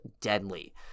deadly